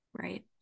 Right